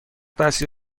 دستی